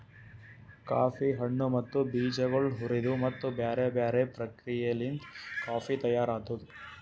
coffee ಹಣ್ಣು ಮತ್ತ ಬೀಜಗೊಳ್ ಹುರಿದು ಮತ್ತ ಬ್ಯಾರೆ ಬ್ಯಾರೆ ಪ್ರಕ್ರಿಯೆಲಿಂತ್ ಕಾಫಿ ತೈಯಾರ್ ಆತ್ತುದ್